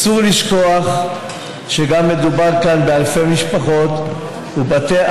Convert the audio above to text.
אסור לשכוח שמדובר כאן גם באלפי משפחות ובתי